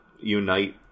unite